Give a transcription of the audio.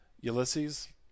Ulysses